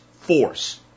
force